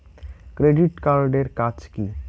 Credit card এর কাজ কি?